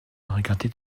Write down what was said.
regardait